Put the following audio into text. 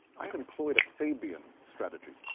i'd employed a fabian strategy,